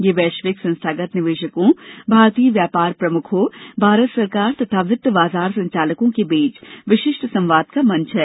यह वैश्विक संस्थागत निवेशकों भारतीय व्यापार प्रमुखों भारत सरकार तथा वित्त बाजार संचालकों के बीच विशिष्ट संवाद का मंच है